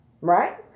right